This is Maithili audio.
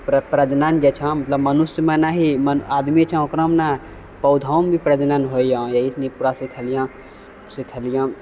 की प्रजनन जे छँ मतलब मनुष्यमे नहि आदमी छँ ओकरामे ने पौधोमे भी प्रजनन होइय यहीसुनी पूरा सिखलियँ सिखलियँ